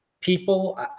people